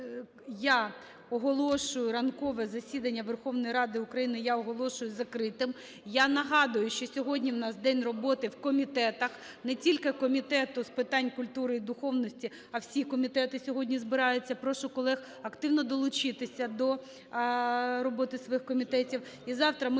я оголошую, ранкове засідання Верховної Ради України я оголошую закритим. Я нагадую, що сьогодні у нас день роботи в комітетах, не тільки Комітету з питань культури і духовності, а всі комітети сьогодні збираються. Прошу колег активно долучитися до роботи своїх комітетів.